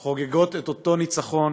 חוגגות את אותו ניצחון